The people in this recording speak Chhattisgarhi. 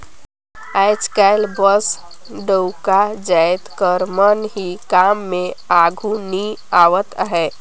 आएज काएल बस डउका जाएत कर मन ही काम में आघु नी आवत अहें